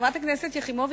חברת הכנסת יחימוביץ,